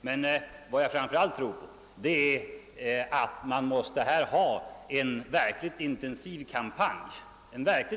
Men vad jag framför allt tror är att vi måste sätta i gång en verkligt